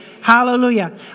Hallelujah